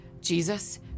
Jesus